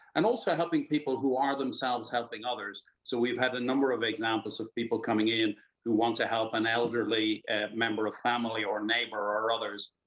and also, helping people who are, themselves, helping others, so. we've had a number of examples of people coming in who want to help an elderly member of family or neighbor or others.